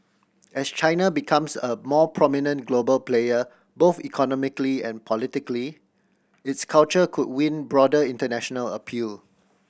as China becomes a more prominent global player both economically and politically its culture could win broader international appeal